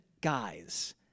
guys